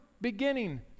beginning